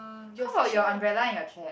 how about your umbrella in your chair